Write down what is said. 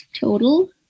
total